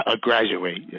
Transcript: graduate